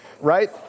right